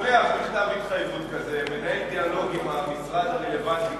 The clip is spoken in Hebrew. ושולח מכתב התחייבות כזה ומנהל דיאלוג עם המשרד הרלוונטי,